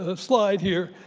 ah slide here,